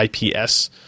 IPS